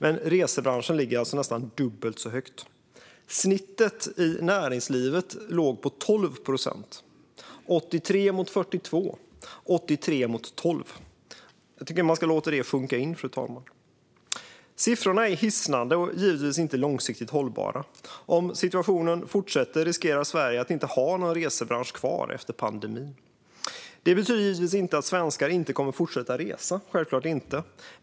Men resebranschen ligger alltså nästan dubbelt så högt. Snittet i näringslivet låg på 12 procent. Det är alltså 83 procent mot 42 procent, och 83 procent mot 12 procent. Jag tycker att man ska låta detta sjunka in. Dessa siffror är hisnande och givetvis inte långsiktigt hållbara. Om denna situation fortsätter riskerar Sverige att inte ha någon resebransch kvar efter pandemin. Det betyder givetvis inte att svenskar inte kommer att fortsätta resa.